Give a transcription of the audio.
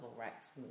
rights